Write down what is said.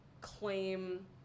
claim